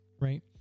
right